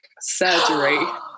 surgery